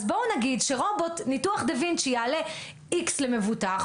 אז בואו נגיד שניתוח דה וינצ'י יעלה X למבוטח,